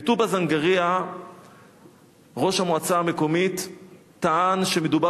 בטובא-זנגרייה ראש המועצה המקומית טען שמדובר